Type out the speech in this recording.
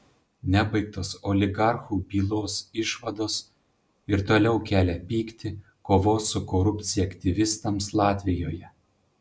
nebaigtos oligarchų bylos išvados ir toliau kelia pyktį kovos su korupcija aktyvistams latvijoje